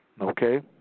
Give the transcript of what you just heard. Okay